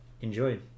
Enjoy